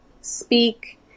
speak